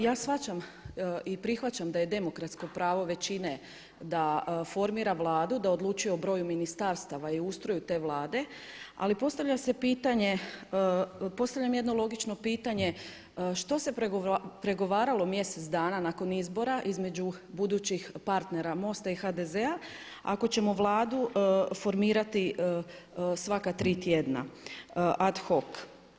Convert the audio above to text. Ja shvaćam i prihvaćam da je demokratsko pravo većine da formira Vladu, da odlučuje o broju ministarstava i ustroju te Vlade ali postavlja se pitanje, postavljam jedno logično pitanje što se pregovaralo mjesec dana nakon izbora između budućih partnera MOST-a i HDZ-a ako ćemo Vladu formirati svaka 3 tjedna ad hoc.